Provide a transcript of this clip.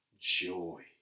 joy